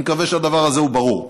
אני מקווה שהדבר הזה הוא ברור.